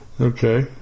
okay